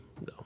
no